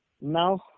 Now